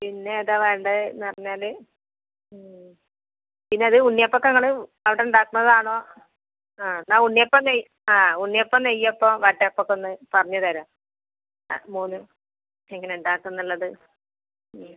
പിന്നെ ഏതാ വേണ്ടത് എന്നുപറഞ്ഞാൽ പിന്നെ അത് ഉണ്ണിയപ്പം ഒക്കെ നിങ്ങൾ അവിടെ ഉണ്ടാക്കുന്നതാണോ ആ എന്നാൽ ഉണ്ണിയപ്പം ആ ആ ഉണ്ണിയപ്പം നെയ്യപ്പം വട്ടയപ്പം ഒക്കെ ഒന്ന് പറഞ്ഞ് തരുമോ ആ മൂന്ന് എങ്ങനെ ഉണ്ടാക്കുന്നു എന്നുള്ളത് വീട്